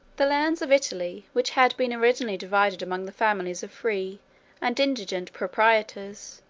the lands of italy which had been originally divided among the families of free and indigent proprietors,